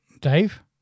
Dave